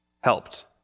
helped